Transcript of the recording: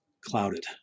clouded